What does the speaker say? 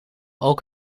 ook